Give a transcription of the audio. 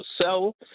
sell